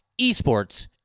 eSports